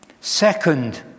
Second